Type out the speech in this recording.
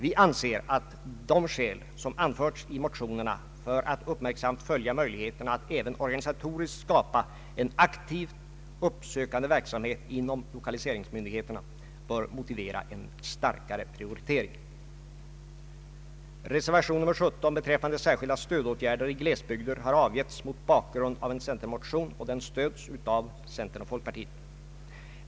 Vi anser att de skäl som anförts i motionerna för att uppmärksamt följa möjligheterna att även organisatoriskt skapa en aktiv uppsökande verksamhet inom lokaliseringsmyndigheten bör motivera en starkare prioritering. Reservation 17 beträffande särskilda stödåtgärder i glesbygder har avgivits mot bakgrund av en centermotion, och den stöds av centern och folkpartiet.